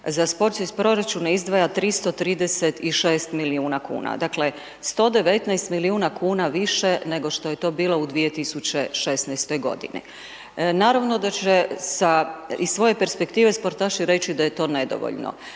za sport se iz proračuna izdvaja 336 milijuna kn. Dakle, 119 milijuna kn više nego što je to bilo u 2016. g. Naravno da će se sa svoje perspektive sportaši reći da je to nedovoljno,